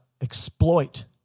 exploit